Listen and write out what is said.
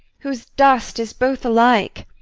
whose dust is both alike.